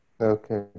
Okay